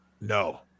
No